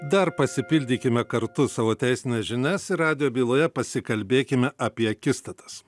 dar pasipildykime kartu savo teisines žinias radijo byloje pasikalbėkime apie akistatas